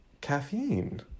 caffeine